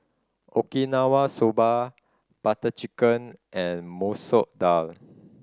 Okinawa Soba Butter Chicken and Masoor Dal